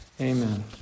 Amen